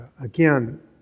Again